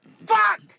Fuck